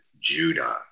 Judah